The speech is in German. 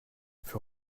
für